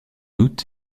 août